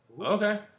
Okay